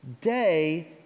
day